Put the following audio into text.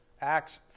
Acts